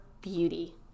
beauty